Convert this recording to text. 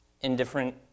Indifferent